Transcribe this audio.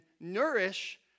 nourish